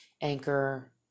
Anchor